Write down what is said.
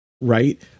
Right